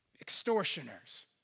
extortioners